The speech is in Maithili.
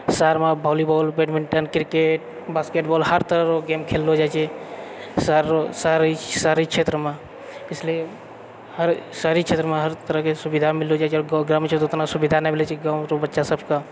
शहरमे बॉलीबॉल बैडमिण्टन क्रिकेट बास्केटबाल हर तरहकेँ गेम खेललो जाइत छै शहर शहरी क्षेत्रमे इसलिए हर शहरी क्षेत्रमे हर तरहकेँ सुविधा मिलो जाइत छै आओर गाँवमे छै कि उतना सुविधा नहि मिलैत छै गाँव अरु बच्चा सबकेँ